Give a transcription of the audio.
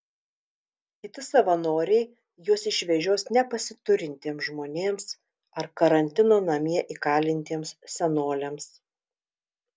kiti savanoriai juos išvežios nepasiturintiems žmonėms ar karantino namie įkalintiems senoliams